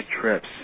trips